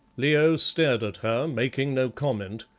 leo stared at her, making no comment,